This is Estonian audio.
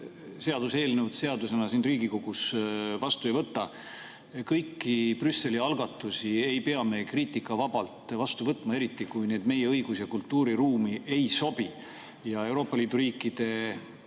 seaduseelnõu seadusena siin Riigikogus vastu ei võta. Kõiki Brüsseli algatusi ei pea me kriitikavabalt vastu võtma, eriti kui need meie õigus- ja kultuuriruumi ei sobi. Ma ütleksin ka,